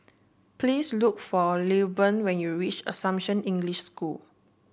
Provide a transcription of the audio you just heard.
please look for Lilburn when you reach Assumption English School